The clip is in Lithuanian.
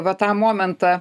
va tą momentą